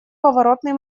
поворотный